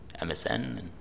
MSN